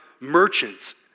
merchants